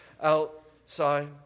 outside